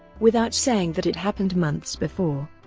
without saying that it happened months before.